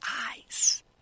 eyes